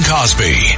Cosby